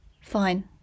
Fine